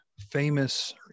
famous